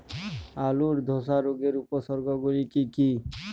আলুর ধসা রোগের উপসর্গগুলি কি কি?